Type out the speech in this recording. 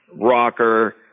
rocker